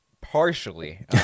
Partially